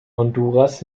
honduras